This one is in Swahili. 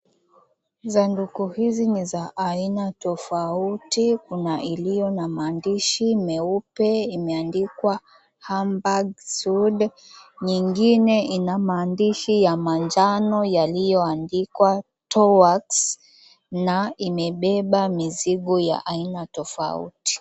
Sanduku hizi ni za aina tofauti. Kuna iliyo na maandishi meupe imeandikwa, HAMBURG SUD nyingine ina maandishi ya manjano iliyoandikwa, TOUAX na imebeba mizigo ya aina tofauti.